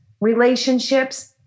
relationships